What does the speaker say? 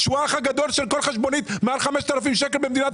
הוא האח הגדול של כל חשבונית מעל 5,000 שקלים במדינת ישראל.